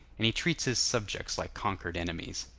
and he treats his subjects like conquered enemies.